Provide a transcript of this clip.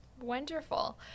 Wonderful